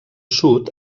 sud